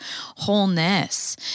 wholeness